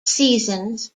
seasons